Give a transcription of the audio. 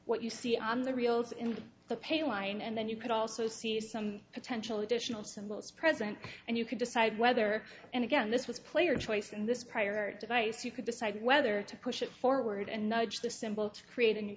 what you see on the reels in the pale line and then you could also see some potential additional symbols present and you could decide whether and again this was player choice and this prior device you could decide whether to push it forward and nudge the symbol to create a new